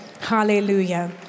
Hallelujah